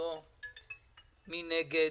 מי נגד?